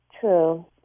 True